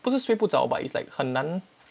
不是睡不着 but it's like 很难